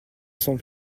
sans